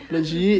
legit